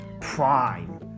prime